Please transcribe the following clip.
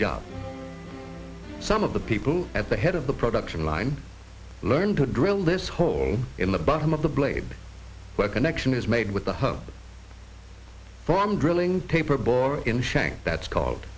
job some of the people at the head of the production line learn to drill this hole in the bottom of the blade where connection is made with a hub from drilling paper bore in shank that's called